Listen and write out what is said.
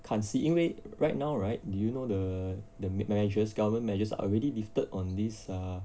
看戏因为 right now right do you know the the mea~ measures government measures are already lifted on this err